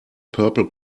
purple